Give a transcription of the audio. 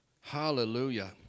Hallelujah